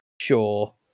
Sure